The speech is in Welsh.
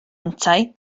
yntau